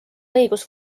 õigus